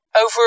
over